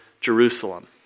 Jerusalem